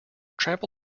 trample